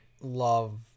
love